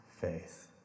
faith